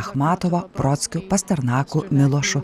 achmatova brodskiu pasternaku milošu